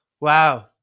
Wow